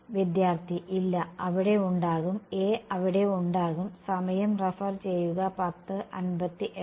വിദ്യാർത്ഥി ഇല്ല അവിടെ ഉണ്ടാകും a അവിടെ ഉണ്ടാകും സമയം റഫർ ചെയ്യുക 1058